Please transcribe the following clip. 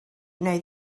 neu